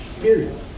period